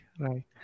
right